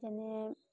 যেনে